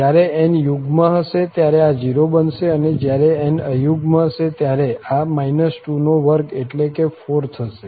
જ્યારે n યુગ્મ હશે ત્યારે આ 0 બનશે અને જ્યારે n અયુગ્મ હશે ત્યારે આ 2 એટલે કે 4 થશે